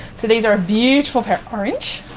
so these are a beautiful orange,